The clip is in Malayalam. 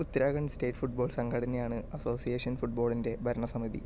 ഉത്തരാഖണ്ഡ് സ്റ്റേറ്റ് ഫുട്ബോൾ സംഘടനയാണ് അസോസിയേഷൻ ഫുട്ബോളിൻ്റെ ഭരണസമിതി